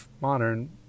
modern